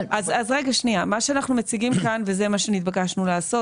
מה שאנחנו מציגים כאן וזה מה שנתבקשנו לעשות,